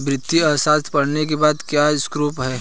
वित्तीय अर्थशास्त्र पढ़ने के बाद क्या स्कोप है?